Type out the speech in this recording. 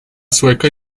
sueca